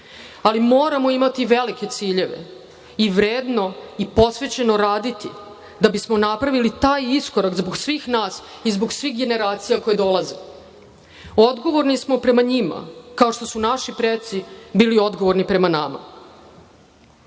ali moramo imati velike ciljeve i vredno i posvećeno raditi da bismo napravili taj iskorak zbog svih nas i zbog svih generacija koje dolaze. Odgovorni smo prema njima kao što su naši preci bili odgovorni prema